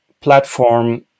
platform